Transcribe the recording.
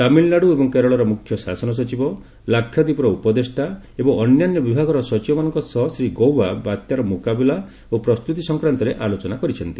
ତାମିଲନାଡ଼ୁ ଏବଂ କେରଳର ମୁଖ୍ୟ ଶାସନ ସଚିବ ଲାକ୍ଷାଦୀପର ଉପଦେଷ୍ଟା ଏବଂ ଅନ୍ୟାନ୍ୟ ବିଭାଗର ସଚିବମାନଙ୍କ ସହ ଶ୍ରୀ ଗୌବା ବାତ୍ୟାର ମୁକାବିଲା ଓ ପ୍ରସ୍ତୁତି ସଂକ୍ରାନ୍ତରେ ଆଲୋଚନା କରିଛନ୍ତି